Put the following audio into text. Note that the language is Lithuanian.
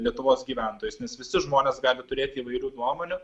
lietuvos gyventojus nes visi žmonės gali turėti įvairių nuomonių